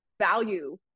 value